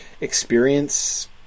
experience